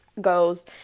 goes